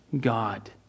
God